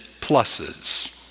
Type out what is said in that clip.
pluses